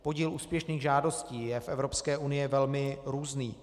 Podíl úspěšných žádostí je v Evropské unii velmi různý.